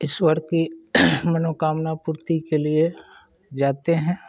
ईश्वर की मनोकामना पूर्ति के लिए जाते हैं